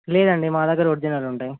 లేదండి మా దగ్గర ఒరిజినల్ ఉంటాయి